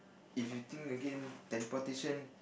if you think again teleportation